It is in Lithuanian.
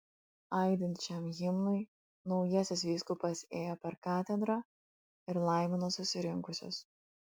aidint šiam himnui naujasis vyskupas ėjo per katedrą ir laimino susirinkusius